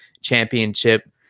championship